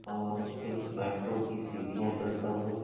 اور پھر میٹرو کی سیڑھیاں چلتا ہوں